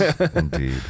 indeed